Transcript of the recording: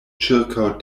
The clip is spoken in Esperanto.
ĉirkaŭ